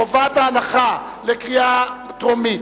חובת ההנחה לקריאה טרומית,